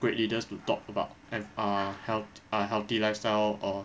great leaders to talk about and ah healt~ ah healthy lifestyle or